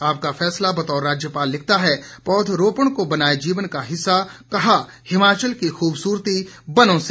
आपका फैसला बतौर राज्यपाल लिखता है पौध रोपण को बनाये जीवन का हिस्सा कहा हिमाचल की खूबसूरती वनों से